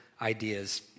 ideas